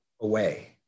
away